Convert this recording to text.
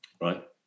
Right